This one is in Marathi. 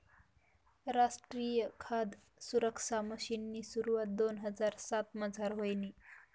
रासट्रीय खाद सुरक्सा मिशननी सुरवात दोन हजार सातमझार व्हयनी